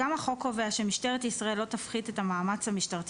גם החוק קובע שמשטרת ישראל לא תפחית את המאמץ המשטרתי